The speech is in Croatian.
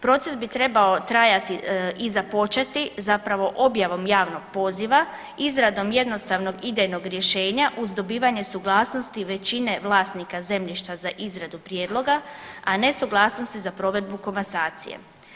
Proces bi trebao trajati i započeti zapravo objavom javnog poziva, izradom jednostavnog idejnog rješenja uz dobivanje suglasnosti većine vlasnika zemljišta za izradu prijedloga, a ne suglasnosti za provedbu komasacije.